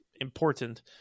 important